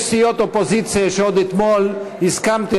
יש סיעות אופוזיציה שעוד אתמול הסכמתי